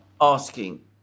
asking